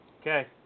Okay